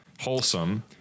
wholesome